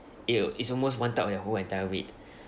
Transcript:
it'll it's almost one third of their whole entire weight